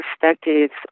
perspectives